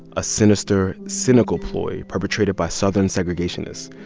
a sinister, cynical ploy perpetrated by southern segregationists.